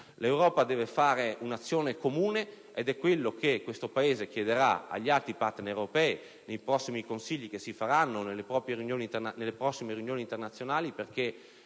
L'Europa deve svolgere un'azione comune ed è quello che il Paese chiederà agli altri partner europei nei prossimi Consigli europei, nelle prossime riunioni internazionali, perché